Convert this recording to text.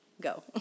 go